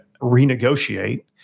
renegotiate